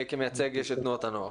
כמייצג של תנועות הנוער.